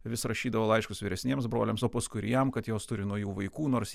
vis rašydavo laiškus vyresniems broliams o paskui ir jam kad jos turi naujų vaikų nors